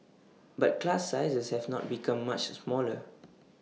but class sizes have not become much smaller